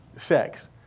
sex